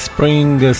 spring